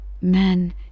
Men